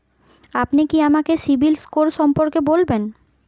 আপনি কি আমাকে সিবিল স্কোর সম্পর্কে বলবেন?